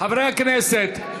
חברי הכנסת,